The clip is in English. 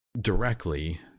directly